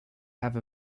have